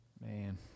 Man